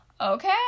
okay